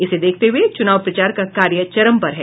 इसे देखते हुए चूनाव प्रचार का कार्य चरम पर है